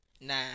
Nah